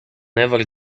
never